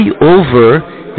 over